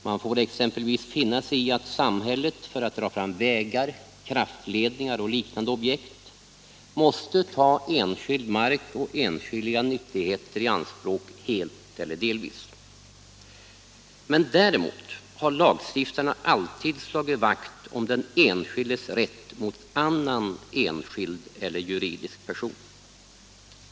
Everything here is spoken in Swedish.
Man får exempelvis finna sig — lagen i att samhället, för att dra fram vägar, kraftledningar och liknande objekt, helt eller delvis måste ta enskild mark och enskilda nyttigheter i anspråk. Däremot har lagstiftarna alltid slagit vakt om den enskildes rätt mot annan enskild eller juridisk person.